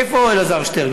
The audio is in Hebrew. איפה אלעזר שטרן?